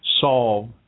solve